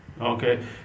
Okay